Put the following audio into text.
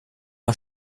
man